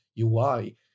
UI